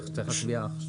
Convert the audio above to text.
צריך להצביע.